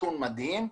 נתון מדהים,